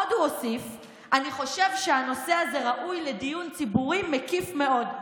עוד הוא הוסיף: אני חושב שהנושא הזה ראוי לדיון ציבורי מקיף מאוד.